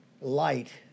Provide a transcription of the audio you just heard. light